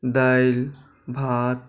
दालि भात